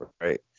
right